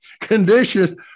condition